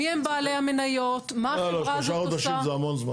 מיהם בעלי המניות, מה החברה הזאת עושה.